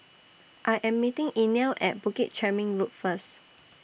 I Am meeting Inell At Bukit Chermin Road First